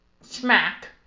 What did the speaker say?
smack